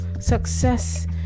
success